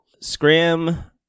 Scram